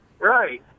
Right